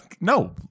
No